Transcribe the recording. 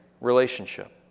relationship